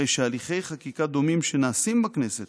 הרי שהליכי חקיקה דומים שנעשים בכנסת,